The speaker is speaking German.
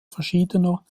verschiedener